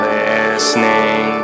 listening